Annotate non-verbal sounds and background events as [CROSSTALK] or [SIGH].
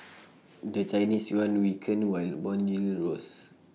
[NOISE] the Chinese Yuan weakened while Bond yields rose